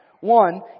One